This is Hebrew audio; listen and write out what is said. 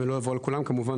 אני, כמובן,